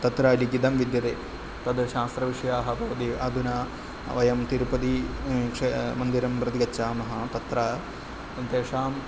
तत्र लिखितं विद्यते तत् शास्त्रविषयाः भवति अधुना वयं तिरुपति क्ष् मन्दिरं प्रति गच्छामः तत्र तेषां